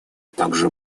также